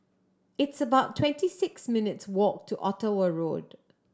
it's about twenty six minutes' walk to Ottawa Road